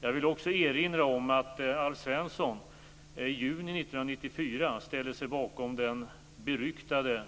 Jag vill också erinra om att Alf Svensson i juni 1994 ställde sig bakom den beryktade